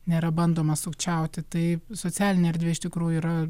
nėra bandoma sukčiauti tai socialinė erdvė iš tikrųjų yra